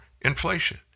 inflation